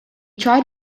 tried